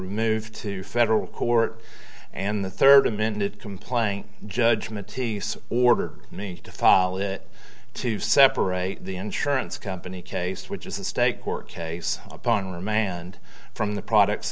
removed to federal court and the third amended complaint judgment to order me to follow it to separate the insurance company case which is the state court case upon remand from the products